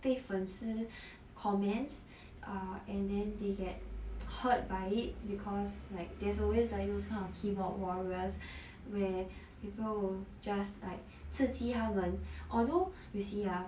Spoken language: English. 被粉丝 comments err and then they get hurt by it because like there's always like those kind of keyboard warriors where people will like 刺激他们 although you see ah